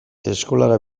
eskolara